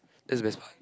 that's very smart